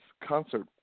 concert